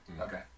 Okay